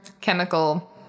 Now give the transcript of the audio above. chemical